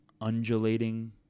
undulating